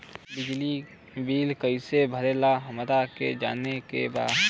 बिजली बिल कईसे भराला हमरा के जाने के बा?